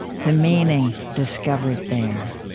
the meaning discovered there.